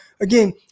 again